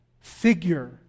figure